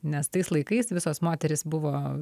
nes tais laikais visos moterys buvo